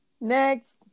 Next